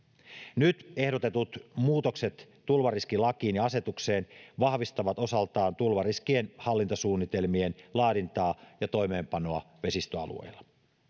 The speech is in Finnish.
nyt ehdotetut muutokset tulvariskilakiin ja asetukseen vahvistavat osaltaan tulvariskien hallintasuunnitelmien laadintaa ja toimeenpanoa vesistöalueilla